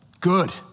Good